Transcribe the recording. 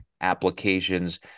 applications